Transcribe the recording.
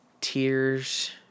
Tears